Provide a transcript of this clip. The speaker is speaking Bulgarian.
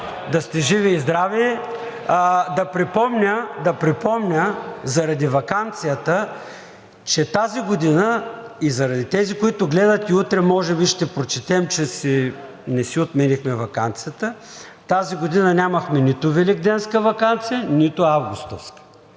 да сте живи и здрави! Да припомня, заради ваканцията, заради тези, които гледат и утре може би ще прочетем, че не си отменихме ваканцията, тази година нямахме нито великденска ваканция, нито августовска